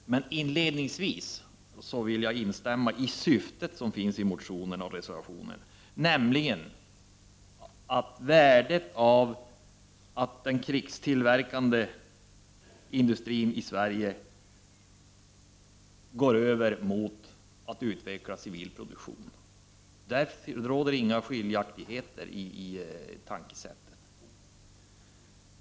Inledningsvis vill jag instämma i att det ligger ett värde i att den krigsmaterieltillverkande industrin i Sverige går över mot att utveckla civil produktion. Därom råder inga skiljaktigheter i tänkesättet.